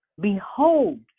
Behold